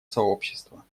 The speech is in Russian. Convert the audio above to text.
сообщества